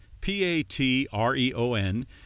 P-A-T-R-E-O-N